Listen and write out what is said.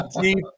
deep